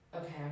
okay